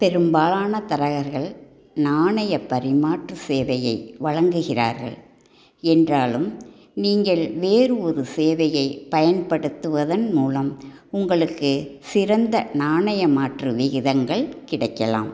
பெரும்பாலான தரகர்கள் நாணய பரிமாற்றச் சேவையை வழங்குகிறார்கள் என்றாலும் நீங்கள் வேறு ஒரு சேவையைப் பயன்படுத்துவதன் மூலம் உங்களுக்குச் சிறந்த நாணய மாற்று விகிதங்கள் கிடைக்கலாம்